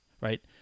Right